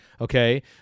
okay